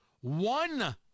One